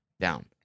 down